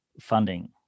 funding